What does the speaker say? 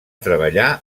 treballar